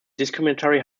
discriminatory